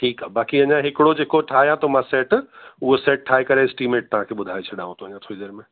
ठीकु आहे बाक़ी अञा हिकिड़ो जेको ठाहिया थो मां सैट उहो सैट ठाहे करे एसटिमेट तव्हांखे ॿुधाए छॾियाव थो अञा थोरी देरि में